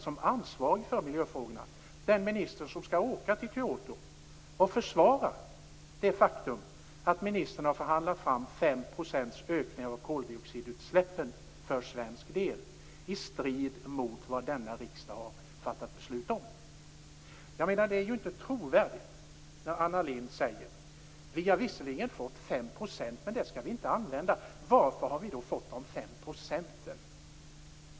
Hon är ansvarig för miljöfrågorna och den minister som skall åka till Kyoto och försvara det faktum att hon har förhandlat fram en femprocentig ökning av koldioxidutsläppen för svensk del, i strid med vad denna riksdag har fattat beslut om. Det är inte trovärdigt när Anna Lindh säger att vi visserligen har fått tillåtelse att släppa ut ytterligare 5 % koldioxid, men att vi inte skall använda den rätten. Varför har vi då fått de 5 %?